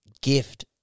gift